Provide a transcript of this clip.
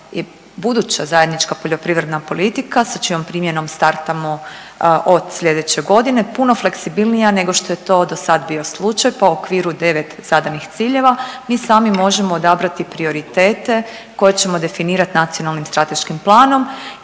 buduća zajednička poljoprivredna politika sa čijom primjenom startamo od sljedeće godine puno fleksibilnija nego što je to do sad bio slučaj, pa u okviru 9 zadanih ciljeva mi sami možemo odabrati prioritete koje ćemo definirati nacionalnim strateškim planom